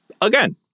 again—